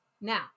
Now